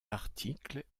articles